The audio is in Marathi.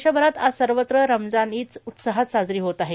देशभरात आज सर्वत्र रमजान ईद उत्साहात साजरी होत आहे